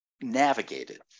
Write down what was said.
navigated